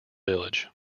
village